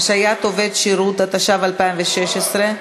התשע"ו 2016,